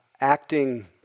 acting